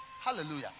hallelujah